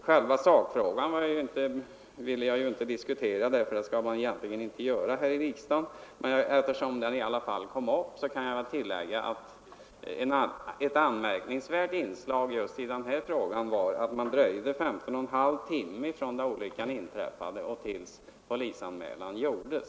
Själva sakfrågan ville jag inte diskutera, eftersom man egentligen inte skall göra det här i riksdagen, men när den i alla fall kom upp kan jag tillägga, att ett anmärkningsvärt inslag just i det här fallet var att det dröjde 15 1/2 timme från det att olyckan inträffade tills polisanmälan gjordes.